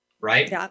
right